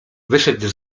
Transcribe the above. wyszedł